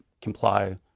comply